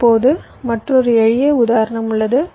இப்போது மற்றொரு எளிய சிறிய உதாரணம் உள்ளது